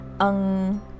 ang